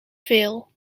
veel